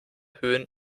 höhen